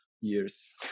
years